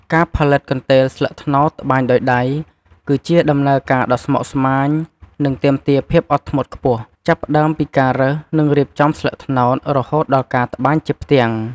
ការផលិតកន្ទេលស្លឹកត្នោតត្បាញដោយដៃ គឺជាដំណើរការដ៏ស្មុគស្មាញ និងទាមទារភាពអត់ធ្មត់ខ្ពស់ ចាប់ផ្ដើមពីការរើស និងរៀបចំស្លឹកត្នោត រហូតដល់ការត្បាញជាផ្ទាំង។